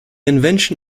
invention